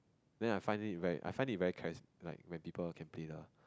then I find it very I find it very charis~ like when people can play the